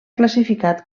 classificat